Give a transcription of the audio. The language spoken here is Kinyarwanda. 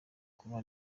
kuba